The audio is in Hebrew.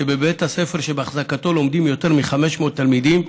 שבבית הספר שבהחזקתו לומדים יותר מ-500 תלמידים,